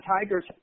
Tigers